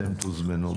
אתם תוזמנו,